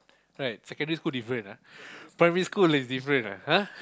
right secondary different ah primary school is different ah !huh!